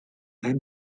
版本